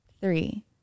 Three